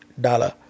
dollar